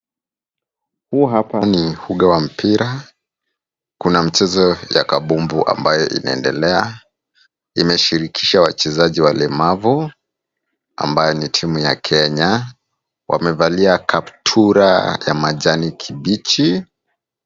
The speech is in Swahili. Huu hapa ni uga wa mpira. Kuna mchezo ya kabumbu ambaye inaendelea. Imeshirikisha wachezaji walemavu ambaye ni timu ya Kenya. Wamevalia kaptura ya majani kibichi.